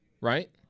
right